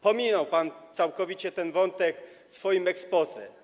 Pominął pan całkowicie ten wątek w swoim exposé.